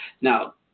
Now